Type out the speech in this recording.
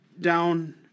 down